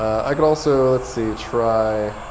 i could also, let's see, try